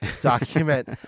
document